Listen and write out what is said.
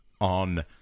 on